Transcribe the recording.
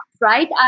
right